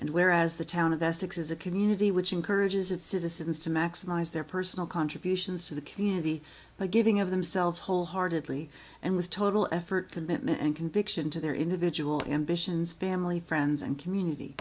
and whereas the town of essex is a community which encourages its citizens to maximize their personal contributions to the community by giving of themselves wholeheartedly and with total effort commitment and conviction to their individual ambitions family friends and community